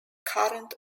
current